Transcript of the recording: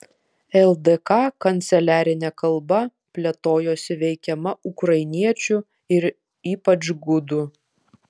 ldk kanceliarinė kalba plėtojosi veikiama ukrainiečių ir ypač gudų